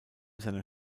seiner